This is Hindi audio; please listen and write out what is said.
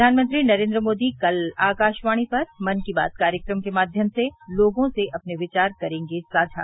प्रघानमंत्री नरेन्द्र मोदी कल आकाशवाणी पर मन की बात कार्यक्रम के माध्यम से लोगों से अपने विचार करेंगे साझा